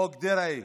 חוק דרעי,